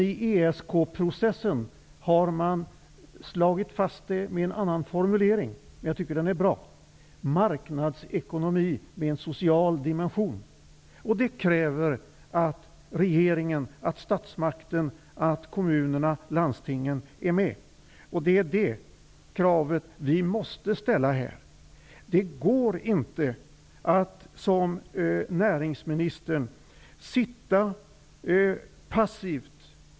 I ESK prosessen har man slagit fast samma sak med en annan formulering, som jag tycker är bra: marknadsekonomi med en social dimension. För det krävs att statsmakterna, kommunerna och landstingen är med, och det är det kravet vi måste ställa här. Det går inte att som näringsministern sitta passivt.